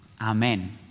Amen